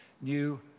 new